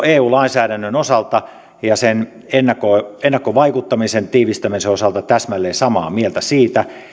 eu lainsäädännön osalta ja sen ennakkovaikuttamisen tiivistämisen osalta olen täsmälleen samaa mieltä